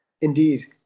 Indeed